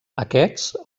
aquests